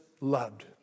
loved